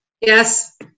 Yes